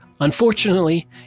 Unfortunately